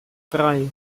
drei